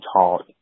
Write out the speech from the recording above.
taught